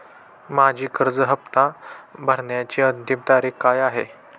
माझी कर्ज हफ्ता भरण्याची अंतिम तारीख काय आहे?